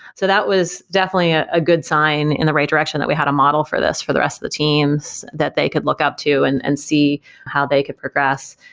so that was definitely ah a good sign in the right direction that we had a model for this for the rest of the teams that they could look up to and and see how they could progress.